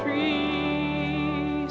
three